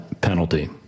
penalty